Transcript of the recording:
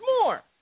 more